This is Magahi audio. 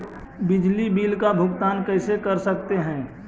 बिजली बिल का भुगतान कैसे कर सकते है?